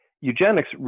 eugenics